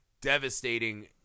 devastating